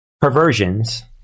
perversions